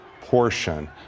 portion